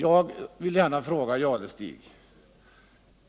Herr talman!